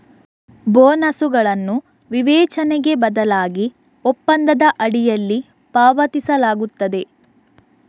ಬೋನಸುಗಳನ್ನು ವಿವೇಚನೆಗೆ ಬದಲಾಗಿ ಒಪ್ಪಂದದ ಅಡಿಯಲ್ಲಿ ಪಾವತಿಸಲಾಗುತ್ತದೆ